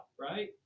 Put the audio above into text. Right